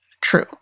true